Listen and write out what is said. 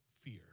fear